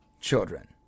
children